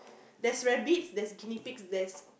there's rabbit there's Guinea pig there's